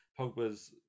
Pogba's